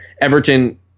Everton